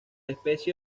especie